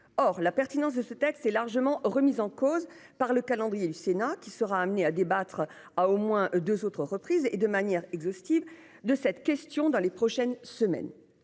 Or la pertinence de ce texte est largement remise en cause par le calendrier, le Sénat qui sera amené à débattre à au moins 2 autres reprises et de manière exhaustive de cette question dans les prochaines semaines.